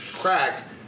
crack